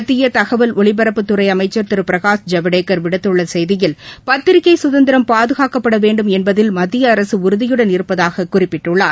மத்திய தகவல் ஒலிப்பரப்புத்துறை அமைச்சர் திரு பிரகாஷ் ஜவடேகர் விடுத்துள்ள செய்தியில் பத்திரிகை சுதந்திரம் பாதுகாக்கபட வேண்டும் என்பதில் மத்திய அரசு உறுதியுடன் இருப்பதாக குறிப்பிட்டுள்ளார்